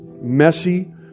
messy